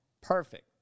Perfect